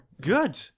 Good